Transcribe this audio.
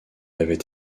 avait